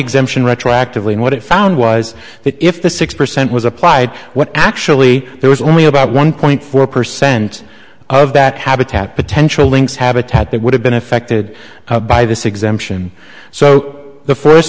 exemption retroactively and what it found was that if the six percent was applied what actually there was only about one point four percent of that habitat potential links habitat that would have been affected by this exemption so the first